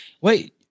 Wait